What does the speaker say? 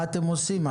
מה אתם עושים?